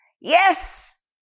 Yes